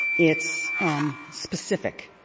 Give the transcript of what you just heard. it's specific,